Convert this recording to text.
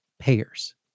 payers